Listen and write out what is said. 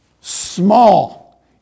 small